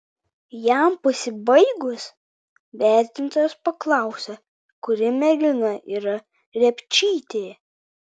jam pasibaigus vertintojas paklausė kuri mergina yra repčytė